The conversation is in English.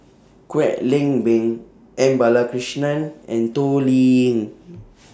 Kwek Leng Beng M Balakrishnan and Toh Liying